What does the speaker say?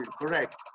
correct